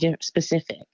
specific